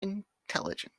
intelligence